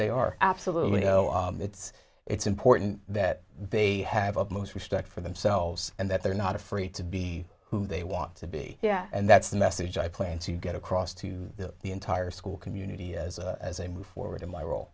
they are absolutely no it's it's important that they have up most respect for themselves and that they're not afraid to be who they want to be yeah and that's the message i plan to get across to the entire school community as they move forward i